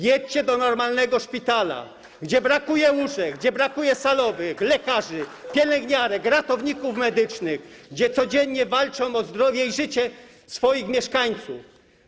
Jedźcie do normalnego szpitala, gdzie brakuje łóżek, brakuje salowych, lekarzy, pielęgniarek, ratowników medycznych, gdzie codziennie walczą o zdrowie i życie swoich pacjentów.